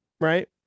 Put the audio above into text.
Right